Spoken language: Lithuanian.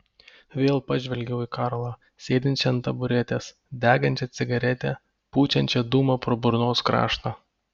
vėl pažvelgiau į karlą sėdinčią ant taburetės degančią cigaretę pučiančią dūmą pro burnos kraštą